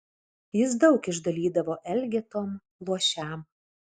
jis daug išdalydavo elgetom luošiam